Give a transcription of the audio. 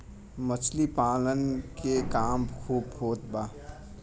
मछली पालन के काम खूब होत बा